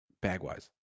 bag-wise